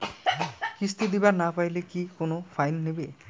কিস্তি দিবার না পাইলে কি কোনো ফাইন নিবে?